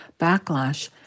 backlash